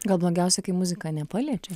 gal blogiausia kai muzika nepaliečia